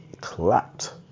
clapped